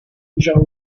jean